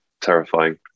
terrifying